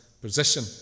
position